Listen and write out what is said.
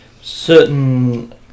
Certain